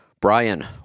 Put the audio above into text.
Brian